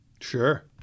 Sure